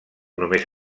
només